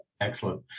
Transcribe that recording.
excellent